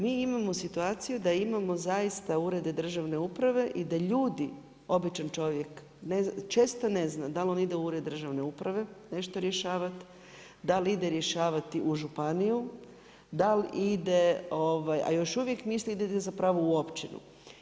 Mi imamo situaciju da imamo zaista urede državne uprave i da ljudi, običan čovjek, često ne zna, da li on ide u ured državne uprave nešto rješavati, da li ide rješavati u županiju, da li ide, ali još uvijek misli da ide zapravo u općinu.